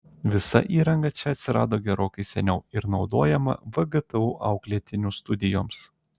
visa įranga čia atsirado gerokai seniau ir naudojama vgtu auklėtinių studijoms